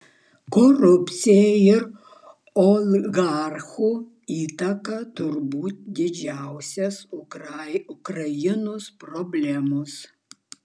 korupcija ir oligarchų įtaka turbūt didžiausios ukrainos problemos